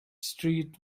street